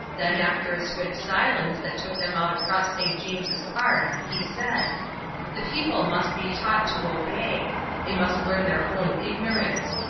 then after a swift silence that took them out across st. james's park, he said the people must be taught to obey they must learn their own ignorance.